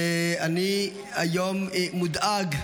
אני היום מודאג.